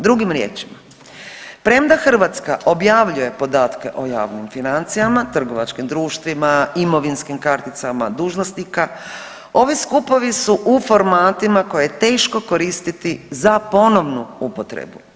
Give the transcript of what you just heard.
Drugim riječima, premda Hrvatska objavljuje o javnim financijama, trgovačkim društvima, imovinskim karticama dužnosnika ovi skupovi su u formati koje je teško koristiti za ponovnu upotrebu.